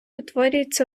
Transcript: утворюється